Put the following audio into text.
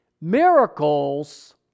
Miracles